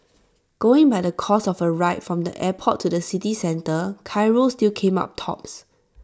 going by the cost of A ride from the airport to the city centre Cairo still came up tops